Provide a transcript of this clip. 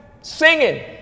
singing